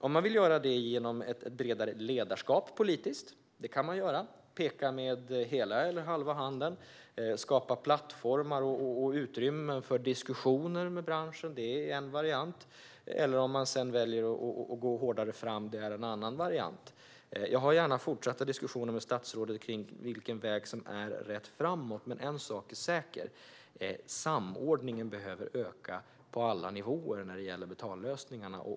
Om man vill göra det genom ett bredare politiskt ledarskap kan man göra det - man kan peka med hela eller halva handen. Att skapa plattformar och utrymmen för diskussioner med branschen är en variant. Väljer man att gå hårdare fram är det en annan variant. Jag för gärna fortsatta diskussioner med statsrådet om vilken väg som är rätt väg framåt, men en sak är säker: Samordningen behöver öka på alla nivåer när det gäller betallösningarna.